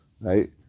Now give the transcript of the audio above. Right